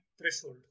threshold